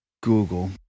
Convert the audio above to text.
Google